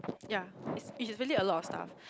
ya it's it's really a lot of stuff